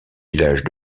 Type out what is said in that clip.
villages